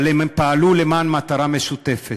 אבל הם פעלו למען מטרה משותפת,